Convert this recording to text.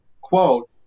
quote